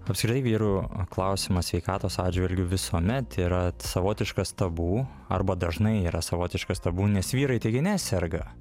apskritai vyrų klausimas sveikatos atžvilgiu visuomet yra savotiškas tabu arba dažnai yra savotiškas tabu nes vyrai taigi neserga